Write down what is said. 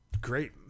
great